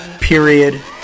Period